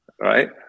right